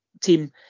team